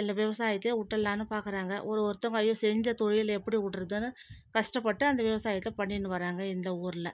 எல்லா விவசாயத்தையே விட்டுல்லான்னு பார்க்கறாங்க ஒரு ஒருத்தங்க ஐயோ செஞ்ச தொழில் எப்படிவிட்றதுன்னு கஷ்டப்பட்டு அந்த விவசாயத்தை பண்ணின்னு வராங்க இந்த ஊரில்